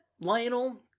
Lionel